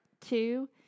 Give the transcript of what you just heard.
two